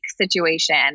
situation